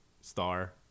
star